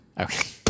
Okay